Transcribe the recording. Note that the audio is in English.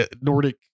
Nordic